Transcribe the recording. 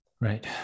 right